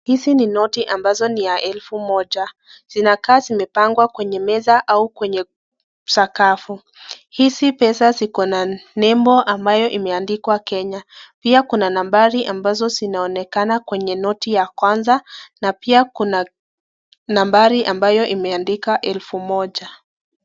Hizi ni noti ambazo ni ya elfu moja. Zinakaa zimepangwa kwenye meza au kwenye sakafu. Hizi pesa ziko na nembo ambayo imeandikwa Kenya. Pia kuna nambari ambazo zinaonekana kwenye noti ya kwanza, na pia kuna nambari ambayo imeandikwa elfu moja.